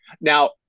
Now